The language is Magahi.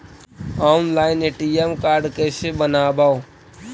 ऑनलाइन ए.टी.एम कार्ड कैसे बनाबौ?